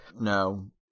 No